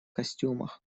костюмах